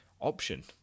option